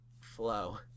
flow